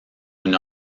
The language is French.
une